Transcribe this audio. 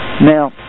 Now